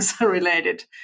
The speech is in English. related